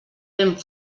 vent